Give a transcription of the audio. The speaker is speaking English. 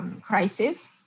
crisis